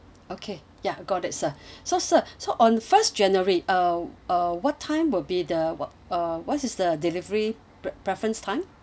okay ya got it sir so sir so on first january uh uh what time will be the what uh what is the delivery pre~ preference time